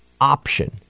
option